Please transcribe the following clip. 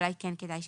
אולי כדאי שתסביר.